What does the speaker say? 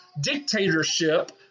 dictatorship